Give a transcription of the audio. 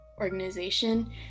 organization